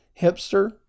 hipster